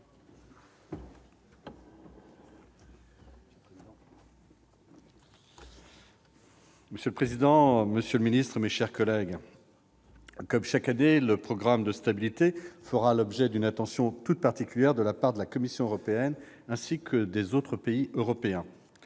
Monsieur le président, monsieur le ministre, mes chers collègues, comme chaque année, le programme de stabilité fera l'objet d'une attention toute particulière de la part de la Commission européenne, ainsi que des autres pays européens.